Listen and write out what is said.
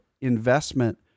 investment